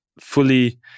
fully